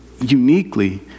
uniquely